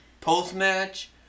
post-match